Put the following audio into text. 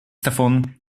davon